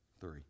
Three